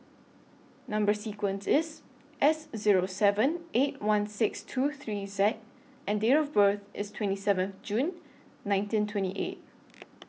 Number sequence IS S Zero seven eight one six two three Z and Date of birth IS twenty seventh June nineteen twenty eight